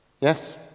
Yes